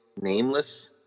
nameless